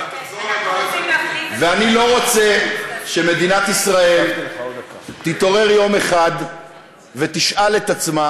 אני לא רוצה שמדינת ישראל תתעורר יום אחד ותשאל את עצמה